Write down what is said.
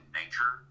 nature